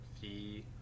Fee